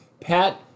Pat